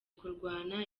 kurwana